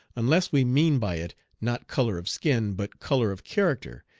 unless we mean by it not color of skin, but color of character,